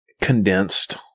condensed